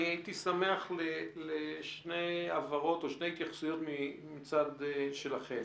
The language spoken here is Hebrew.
אני הייתי שמח לשתי הבהרות או לשתי התייחסויות מצד שלכם.